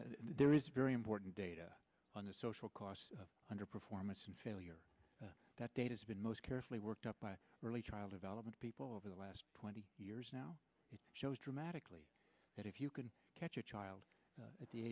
there is very important data on the social costs of under performance and failure that date has been most carefully worked up by early child development people over the last twenty years now it shows dramatically that if you can catch a child at the